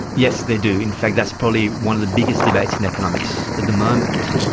yes, they do, in fact that's probably one of the biggest debates in economics at the moment.